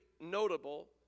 notable